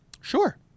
Sure